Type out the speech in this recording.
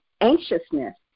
anxiousness